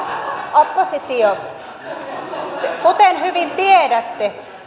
oppositio kuten hyvin tiedätte